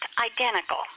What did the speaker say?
identical